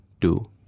two